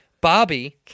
Bobby